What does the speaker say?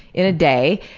in a day,